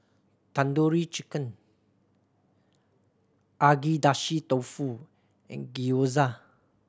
Tandoori Chicken Agedashi Dofu and Gyoza